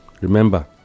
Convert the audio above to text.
Remember